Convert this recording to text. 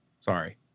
Sorry